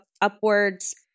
upwards